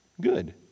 Good